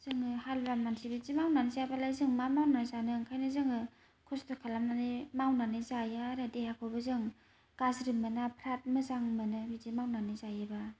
जोङो हालुवानि मानसि बिदि मावनानै जायाबालाय जों मा मावनानै जानो ओंखायनो जोङो खस्ट' खालामनानै मावनानै जायो आरो देहाखौबो जों गाज्रि मोना फ्राथ मोजां मोनो बिदि मावनानै जायोबा